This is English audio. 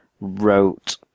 wrote